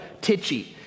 titchy